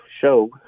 show